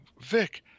Vic